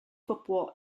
football